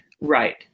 Right